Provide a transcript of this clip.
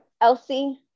Elsie